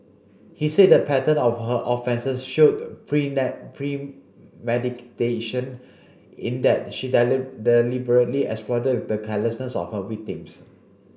he said the pattern of her offences showed premeditation in that she deliberately exploited the carelessness of her victims